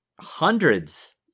hundreds